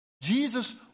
Jesus